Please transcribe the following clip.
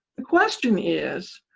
the question is,